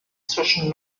zwischen